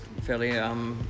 fairly